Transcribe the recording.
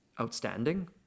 outstanding